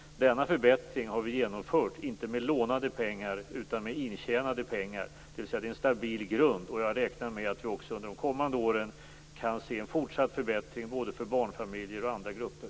Denna förbättring har vi genomfört inte med lånade pengar utan med intjänade pengar, dvs. det är en stabil grund. Jag räknar med att under de kommande åren se en fortsatt förbättring både för barnfamiljer och för andra grupper.